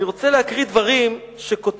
אני רוצה להקריא דברים שכותב